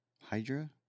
Hydra